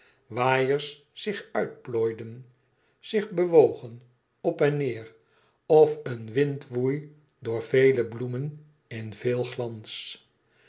waaiers zich uitplooiden zich bewogen op en neêr of een wind woei door vele bloemen in veel glans